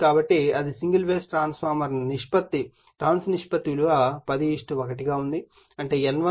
కాబట్టి అది single phase transformer turns నిష్పత్తి విలువ 101 గా ఉంది అంటే N1 N2 10 1 ఉంటుంది మరియు 2